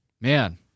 Man